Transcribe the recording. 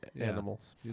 animals